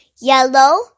yellow